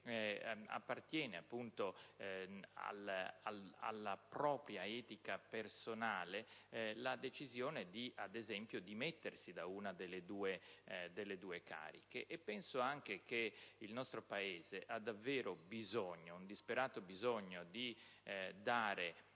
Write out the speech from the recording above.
appartenga alla propria etica personale la decisione, ad esempio, di dimettersi da una delle due cariche. Penso anche che il nostro Paese abbia davvero bisogno, un disperato bisogno, di dare